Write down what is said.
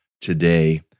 today